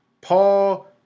Paul